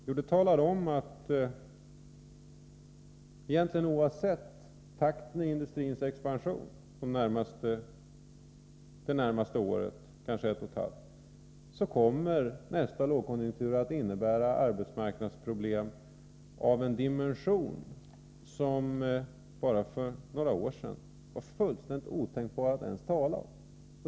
Jo, det talar om att praktiskt taget oavsett takten i industrins expansion under det närmaste året eller så kommer nästa lågkonjunktur att innebära arbetsmarknadsproblem av en dimension som det för bara några år sedan var fullständigt otänkbart att ens tala om.